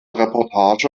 reportage